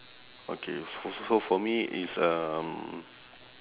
okay so so for me it's um